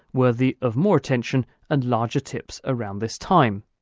worthy of more attention and larger tips around this time.